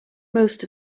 most